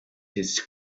his